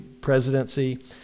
presidency